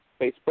Facebook